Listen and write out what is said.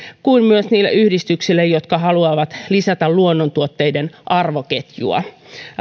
kuin myös niille yhdistyksille jotka haluavat lisätä luonnontuotteiden arvoketjua